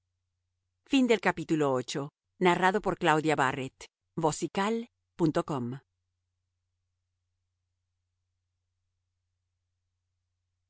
luego el manto